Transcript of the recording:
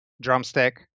drumstick